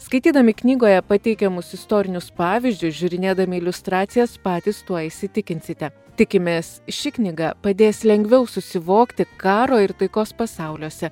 skaitydami knygoje pateikiamus istorinius pavyzdžius žiūrinėdami iliustracijas patys tuo įsitikinsite tikimės ši knyga padės lengviau susivokti karo ir taikos pasauliuose